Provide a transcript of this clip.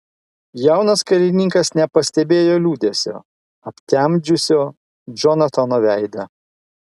jaunas karininkas nepastebėjo liūdesio aptemdžiusio džonatano veidą